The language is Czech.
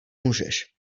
můžeš